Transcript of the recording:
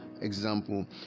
example